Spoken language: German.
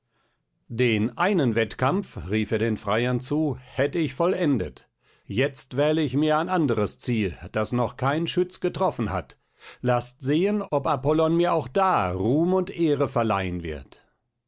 den einen wettkampf rief er den freiern zu hätt ich vollendet jetzt wähle ich mir ein anderes ziel das noch kein schütz getroffen hat laßt sehen ob apollon mir auch da ruhm und ehre verleihen wird